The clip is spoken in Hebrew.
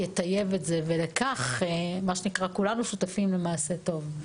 יטייב את זה ולכך כולנו שותפים למעשה טוב.